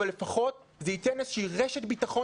אבל לפחות זה ייתן איזושהי רשת ביטחון